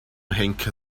henker